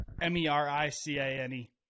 M-E-R-I-C-A-N-E